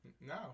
No